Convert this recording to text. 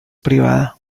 privada